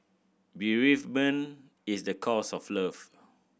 bereavement is the cost of love